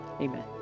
Amen